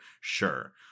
sure